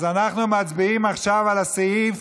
אז אנחנו מצביעים עכשיו על סעיף